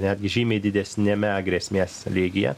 netgi žymiai didesniame grėsmės lygyje